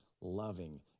loving